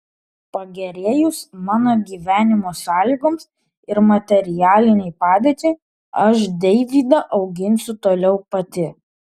pagerėjus mano gyvenimo sąlygoms ir materialinei padėčiai aš deivydą auginsiu toliau pati